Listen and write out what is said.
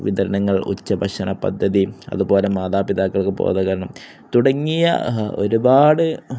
വിതരണം ഉച്ചഭക്ഷണ പദ്ധതി അതുപോലെ മാതാപിതാക്കൾക്ക് ബോധവല്ക്കരണം തുടങ്ങിയ ഒരുപാട്